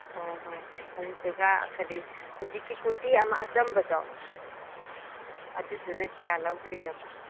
ꯍꯣꯍꯣꯏ ꯑꯗꯨꯗꯨꯒ ꯀꯔꯤ ꯍꯧꯖꯤꯛꯀꯤ ꯀꯨꯔꯇꯤ ꯑꯃ ꯑꯆꯝꯕꯗꯣ ꯑꯗꯨꯗꯨꯅ ꯀꯌꯥ ꯂꯧꯗꯣꯏꯅꯣꯕ